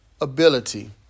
ability